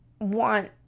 want